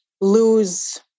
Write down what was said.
lose